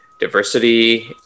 diversity